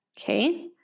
okay